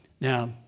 Now